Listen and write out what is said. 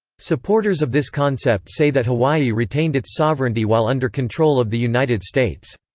supporters of this concept say that hawaii retained its sovereignty while under control of the united states.